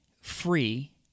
free